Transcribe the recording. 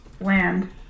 Land